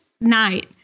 night